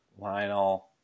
Lionel